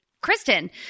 Kristen